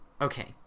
Okay